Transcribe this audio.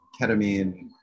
ketamine